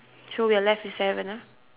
so we're left with seven ah